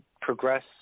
progress